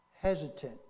Hesitant